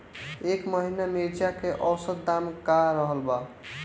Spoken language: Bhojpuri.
एह महीना मिर्चा के औसत दाम का रहल बा?